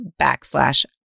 backslash